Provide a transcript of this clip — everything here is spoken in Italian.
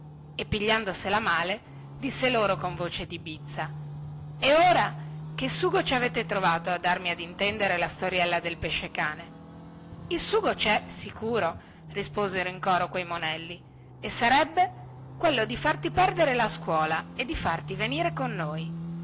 e pigliandosela a male disse a loro con voce di bizza e ora che sugo ci avete trovato a darmi ad intendere la storiella del pesce-cane il sugo cè sicuro risposero in coro quei monelli e sarebbe quello di farti perdere la scuola e di farti venire con noi